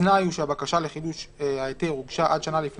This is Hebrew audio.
הבקשה לחידוש ההיתר הוגשה עד שנה לפני